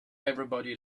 everybody